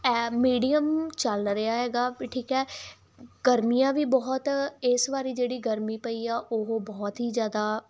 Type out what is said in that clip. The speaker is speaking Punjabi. ਹੈ ਮੀਡੀਅਮ ਚੱਲ ਰਿਹਾ ਹੈਗਾ ਵੀ ਠੀਕ ਹੈ ਗਰਮੀਆਂ ਵੀ ਬਹੁਤ ਇਸ ਵਾਰ ਜਿਹੜੀ ਗਰਮੀ ਪਈ ਆ ਉਹ ਬਹੁਤ ਹੀ ਜ਼ਿਆਦਾ